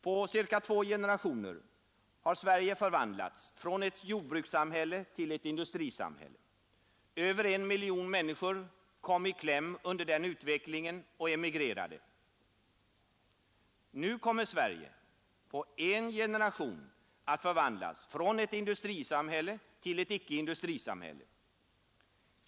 På cirka två generationer har Sverige förvandlats från ett jordbrukssamhälle till ett industrisamhälle. Över en miljon människor kom i kläm under den utvecklingen och emigrerade. Nu kommer Sverige på en generation att förvandlas från ett industrisamhälle till ett icke industrisamhälle.